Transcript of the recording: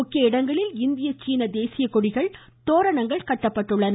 முக்கிய இடங்களில் இந்திய சீன தேசிய கொடிகள் தோரணங்கள் கட்டப்பட்டுள்ளன